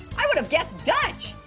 i would have guessed dutch.